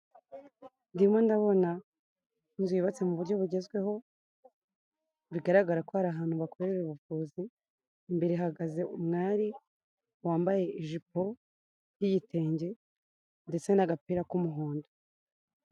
Izuba y'ubatse mu buryo bugezweho bigaragara ko hari ahantu bakorera ubuvuzi, imbere hagaze umwari wambaye ijipo ry'igitenge ndetse n'agapira k'umuhondo.